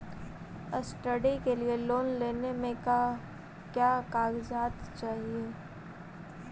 Study के लिये loan लेने मे का क्या कागजात चहोये?